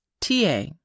TA